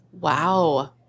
Wow